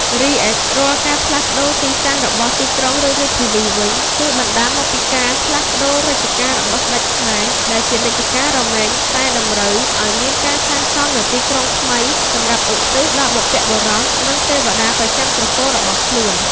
រីឯរាល់ការផ្លាស់ប្តូរទីតាំងរបស់ទីក្រុង ឬ រាជធានីវិញ គឺបណ្តាលមកពីការផ្លាស់ប្តូររជ្ជកាលរបស់ស្តេចខ្មែរ ដែលជានិច្ចកាលរមែងតែតម្រូវឱ្យមានការសាងសង់នូវទីក្រុងថ្មី សម្រាប់ឧទ្ទិសដល់បុព្វបុរសនិងទេវតាប្រចាំត្រកូលរបស់ខ្លួន ។